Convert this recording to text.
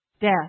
death